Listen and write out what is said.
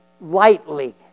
lightly